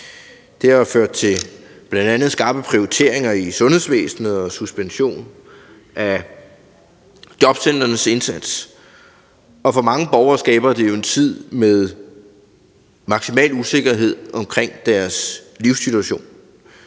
Det har bl.a. ført til skarpe prioriteringer i sundhedsvæsenet og suspension af jobcentrenes indsats, og for mange borgere skaber det jo en tid med maksimal usikkerhed omkring deres livssituation.